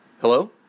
Hello